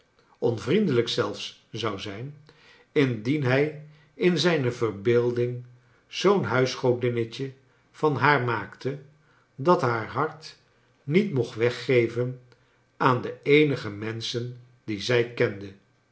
onvriendelijk zelfs zou zijn indien hij in zijne verbeelding zoo'n huisgodinnetje van haar maakte dat haar hart niet mocht weggeven aan de eenige menschen die zij kende